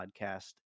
podcast